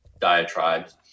diatribes